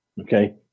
okay